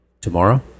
Tomorrow